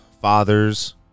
fathers